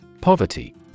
Poverty